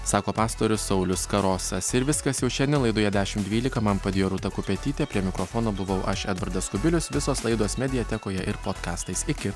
sako pastorius saulius karosas ir viskas jau šiandien laidoje dešimt dvylika man padėjo rūta kupetytė prie mikrofono buvau aš edvardas kubilius visos laidos mediatekoje ir podkastais iki